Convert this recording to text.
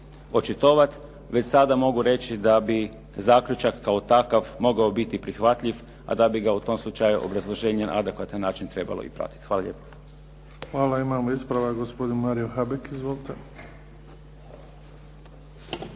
očitovati. Već sada mogu reći da bi zaključak kao takav mogao biti prihvatljiv, a da bi ga u tom slučaju obrazloženje na adekvatan način trebalo i pratiti. Hvala lijepo. **Bebić, Luka (HDZ)** Hvala. Imamo ispravak, gospodin Mario Habek. Izvolite.